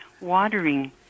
watering